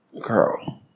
Girl